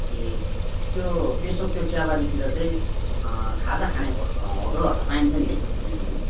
ए त्यो पेशोक त्यो चियाबारीतिर चाहिँ खाजा खाने हो होटलहरू चाहिँ पाइन्छ नि है बिच बिचमा